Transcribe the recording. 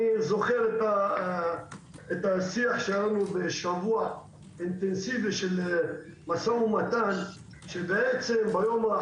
אני זוכר את השיח שהיה לנו בשבוע האינטנסיבי של משא ומתן שביום חמישי,